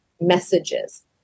messages